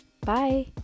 Bye